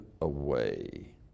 away